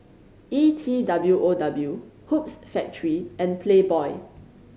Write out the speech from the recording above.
E T W O W Hoops Factory and Playboy